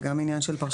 זה גם עניין של פרשנות.